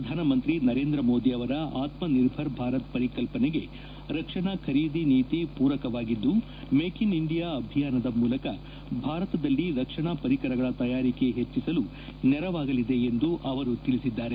ಪ್ರಧಾನಮಂತ್ರಿ ನರೇಂದ್ರ ಮೋದಿ ಆವರ ಆತ್ಮ ನಿರ್ಭರ್ ಭಾರತ ಪರಿಕಲ್ಪನೆಗೆ ರಕ್ಷಣಾ ಖರೀದಿ ನೀತಿ ಪೂರಕವಾಗಿದ್ದು ಮೇಕ್ ಇನ್ ಇಂಡಿಯಾ ಅಭಿಯಾನದ ಮೂಲಕ ಭಾರತದಲ್ಲಿ ರಕ್ಷಣಾ ಪರಿಕರಗಳ ತಯಾರಿಕೆ ಹೆಜ್ಜಸಲು ನೆರವಾಗಲಿದೆ ಎಂದು ಅವರು ತಿಳಿಸಿದ್ದಾರೆ